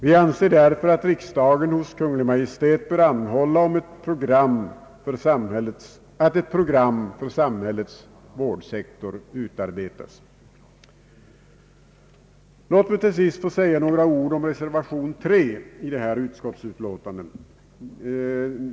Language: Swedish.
Vi anser därför att riksdagen hos Kungl. Maj:t bör anhålla att ett program för samhällets vårdsektor utarbetas. Låt mig till sist säga några ord om reservation 3 vid detta utskottsutlåtande.